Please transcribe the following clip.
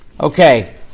Okay